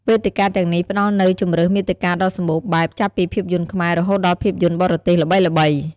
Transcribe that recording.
វេទិកាទាំងនេះផ្ដល់នូវជម្រើសមាតិកាដ៏សម្បូរបែប ចាប់ពីភាពយន្តខ្មែរ រហូតដល់ភាពយន្តបរទេសល្បីៗ។